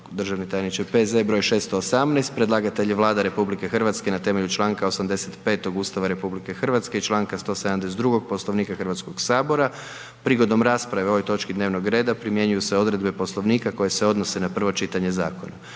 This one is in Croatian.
prvo čitanje, P.Z. br. 618; predlagatelj je Vlada RH na temelju čl. 85. Ustava RH i čl. 172. Poslovnika HS-a. Prigodom rasprave o ovoj točki dnevnog reda primjenjuju se odredbe Poslovnika koje se odnose na prvo čitanje zakona.